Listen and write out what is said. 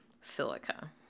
silica